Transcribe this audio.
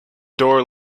door